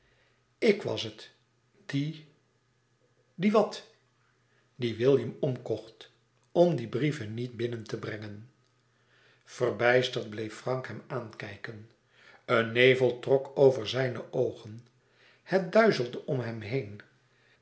ik was het die die wat die william omkocht om die brieven niet binnen te brengen verbijsterd bleef frank hem aankijken een nevel trok over zijne oogen het duizelde om hem heen